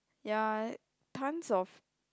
ya tons of